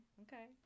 okay